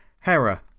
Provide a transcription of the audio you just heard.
Hera